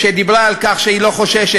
שדיברה על כך שהיא לא חוששת.